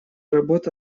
работа